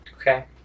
Okay